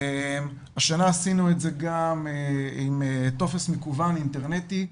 השנה עשינו את זה גם עם טופס מקוון אינטרנטי,